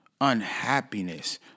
unhappiness